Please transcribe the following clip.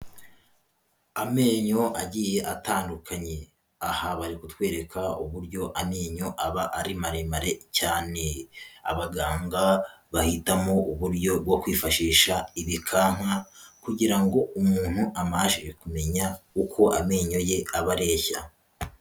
Amenyo agiye atandukanye, aha bari kutwereka uburyo amenyo aba ari maremare cyane. Abaganga bahitamo uburyo bwo kwifashisha ibikanka kugira ngo umuntu abashe kumenya uko amenyo ye aba areshya.